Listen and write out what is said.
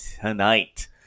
tonight